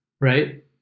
right